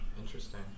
Interesting